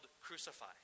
Crucify